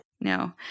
no